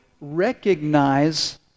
recognize